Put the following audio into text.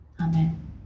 Amen